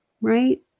right